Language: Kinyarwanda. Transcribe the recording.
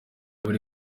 buri